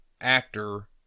actor